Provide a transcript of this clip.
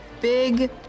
big